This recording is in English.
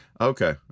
Okay